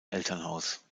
elternhaus